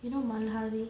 you know மலஹாத்தி malhaathi